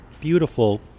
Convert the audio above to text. Beautiful